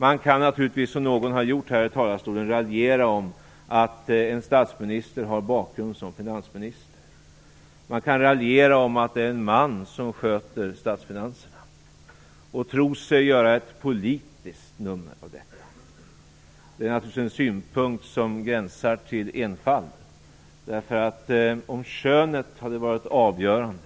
Man kan naturligtvis, som någon har gjort från denna talarstol, raljera över att en statsminister har bakgrund som finansminister. Man kan raljera över att det är en man som sköter statsfinanserna och tro sig göra ett politiskt nummer av detta. Det är naturligtvis en synpunkt som gränsar till enfald. Om könet hade varit avgörande